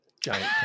Giant